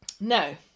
Now